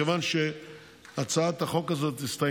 מכיוון שבהצעת החוק הזו,